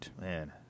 Man